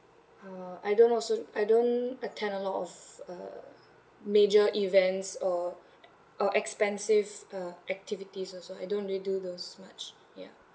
uh I don't also I don't attend a lot of uh major events or uh expensive uh activities also I don't really do those much ya